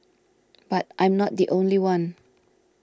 but I'm not the only one